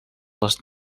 les